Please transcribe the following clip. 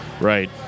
Right